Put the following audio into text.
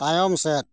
ᱛᱟᱭᱚᱢ ᱥᱮᱫ